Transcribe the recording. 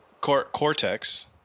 Cortex